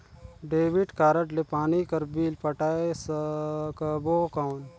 Debit card ले पानी कर बिल पटाय सकबो कौन?